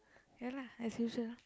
ya lah as usual lah